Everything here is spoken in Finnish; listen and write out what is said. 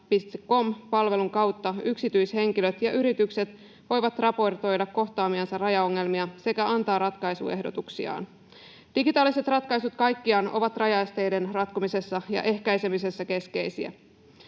kautta yksityishenkilöt ja yritykset voivat raportoida kohtaamiansa rajaongelmia sekä antaa ratkaisuehdotuksiaan. Digitaaliset ratkaisut kaikkiaan ovat rajaesteiden ratkomisessa ja ehkäisemisessä keskeisiä.